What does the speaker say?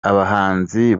abahanzi